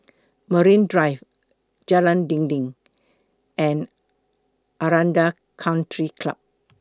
Marine Drive Jalan Dinding and Aranda Country Club